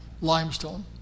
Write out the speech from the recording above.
limestone